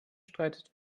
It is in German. streitet